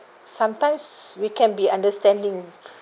sometimes we can be understanding